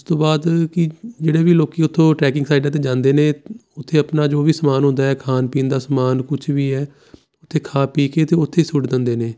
ਉਸ ਤੋਂ ਬਾਅਦ ਕਿ ਜਿਹੜੇ ਵੀ ਲੋਕ ਉੱਥੋਂ ਟਰੈਕਿੰਗ ਸਾਈਡਾਂ 'ਤੇ ਜਾਂਦੇ ਨੇ ਉੱਥੇ ਆਪਣਾ ਜੋ ਵੀ ਸਮਾਨ ਹੁੰਦਾ ਖਾਣ ਪੀਣ ਦਾ ਸਮਾਨ ਕੁਛ ਵੀ ਹੈ ਉੱਥੇ ਖਾ ਪੀ ਕੇ ਅਤੇ ਉੱਥੇ ਹੀ ਸੁੱਟ ਦਿੰਦੇ ਨੇ